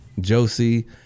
Josie